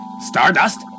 Stardust